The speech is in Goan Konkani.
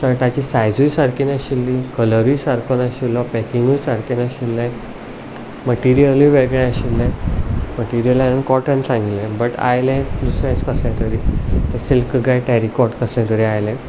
शर्टाची सायझूय सारकी नाशिल्ली कलरूय सारको नाशिल्लो पॅकिंगूय सारकें नाशिल्लें मटिरियलूय वेगळें आशिल्लें मटिरियल हांवें कॉटन सांगिल्लें बट आयलें दुसरेंच कसलें तरी तें सिल्क कांय टॅरिकोट कसलें तरी आयलें